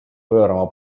pöörama